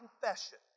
confession